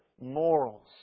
morals